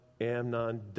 Amnon